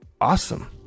awesome